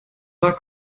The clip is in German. war